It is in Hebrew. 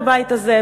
בבית הזה,